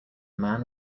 man